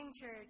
Church